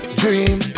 dream